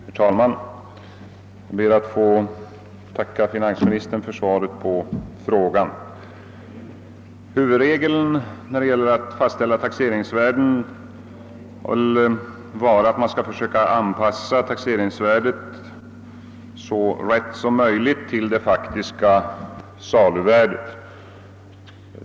Herr talman! Jag ber att få tacka finansministern för svaret. Huvudregeln vid fastställande av taxeringsvärden är att man skall försöka anpassa taxeringsvärdet så riktigt som möjligt till det faktiska saluvärdet.